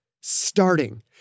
starting